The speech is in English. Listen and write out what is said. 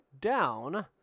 down